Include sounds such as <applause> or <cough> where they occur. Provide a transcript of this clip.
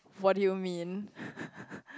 what you mean <laughs>